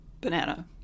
Banana